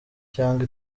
cyangwa